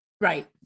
Right